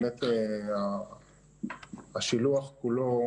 שהשילוח כולו,